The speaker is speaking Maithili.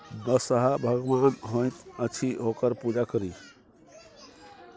बसहा भगवान होइत अछि ओकर पूजा करी